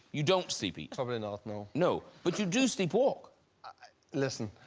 you don't sleep eat. ah but and like no. no, but you do sleepwalk listen,